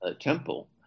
temple